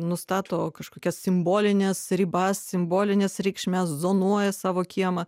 nustato kažkokias simbolines ribas simbolines reikšmes zonuoja savo kiemą